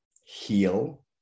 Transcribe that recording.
heal